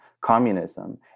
communism